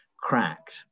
cracked